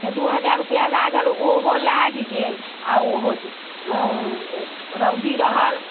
तऽ दू हजार रुपैआ लागल ओहो लागि गेल आओर ओहो रौदी रहल